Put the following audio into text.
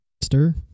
Stir